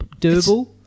doable